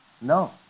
No